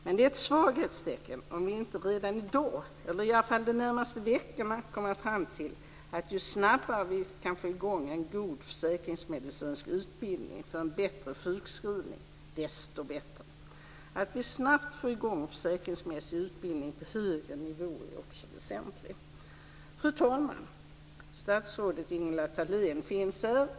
Men det är ett svaghetstecken om vi inte redan i dag eller i alla fall de närmaste veckorna kommer fram till att ju snabbare vi kan få i gång en god försäkringsmedicinsk utbildning för en bättre sjukskrivning, desto bättre. Att vi snabbt får i gång försäkringsmässig utbildning på högre nivå är också väsentligt. Fru talman! Statsrådet Ingela Thalén finns här.